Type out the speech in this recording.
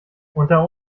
unter